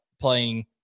playing